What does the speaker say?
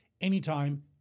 anytime